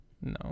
No